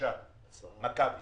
למשל מכבי,